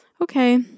okay